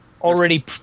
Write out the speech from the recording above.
already